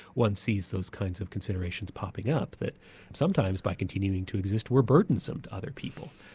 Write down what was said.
one sees those kinds of considerations popping up that sometimes by continuing to exist we're burdensome to other people,